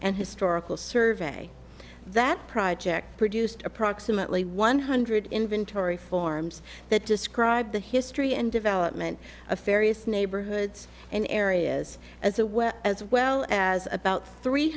and historical survey that project produced approximately one hundred inventory forms that describe the history and development of farias neighborhoods and areas as aware as well as about three